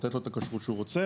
לתת לו את הכשרות שהוא רוצה.